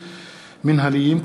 מינהליים,